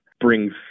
brings